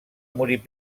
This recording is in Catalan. morir